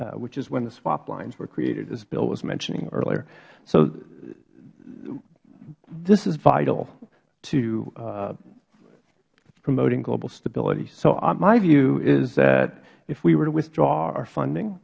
two which is when the swap lines were created as bill was mentioning earlier so this is vital to promoting global stability so my view is that if we were to withdraw our